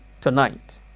tonight